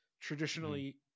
traditionally